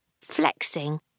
flexing